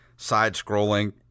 Side-scrolling